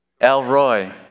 Elroy